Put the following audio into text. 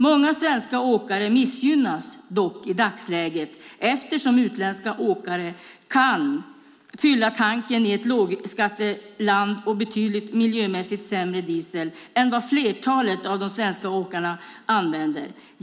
Många svenska åkare missgynnas dock i dagsläget, eftersom utländska åkare kan fylla tanken i ett lågskatteland och med miljömässigt betydligt sämre diesel än vad flertalet av de svenska åkarna använder.